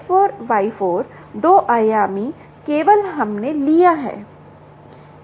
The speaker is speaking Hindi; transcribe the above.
X4 Y4 2 आयामी केवल हमने लिया है